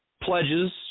pledges